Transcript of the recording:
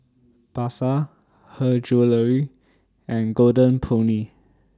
Pasar Her Jewellery and Golden Peony